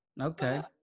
Okay